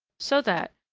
so that,